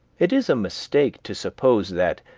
it is a mistake to suppose that,